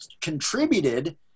contributed